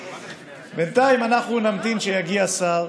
בינתיים אנחנו נמתין שיגיע שר.